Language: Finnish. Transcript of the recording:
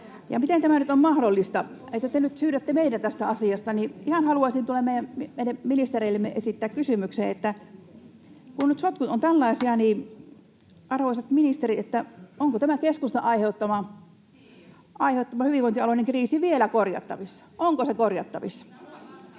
Miten tämä nyt on mahdollista, että te nyt syytätte meitä tästä asiasta? Ihan haluaisin meidän ministereillemme esittää kysymyksen: kun nyt sotkut ovat tällaisia, niin, arvoisat ministerit, onko tämä keskustan aiheuttama hyvinvointialueiden kriisi [Annika Saarikko: Niin just!] vielä korjattavissa,